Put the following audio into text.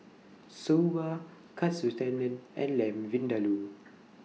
Soba Katsu Tendon and Lamb Vindaloo